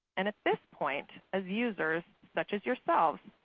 and at this point, as users, such as yourselves,